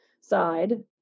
side